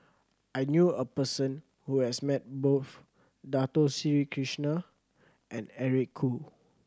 I knew a person who has met both Dato Sri Krishna and Eric Khoo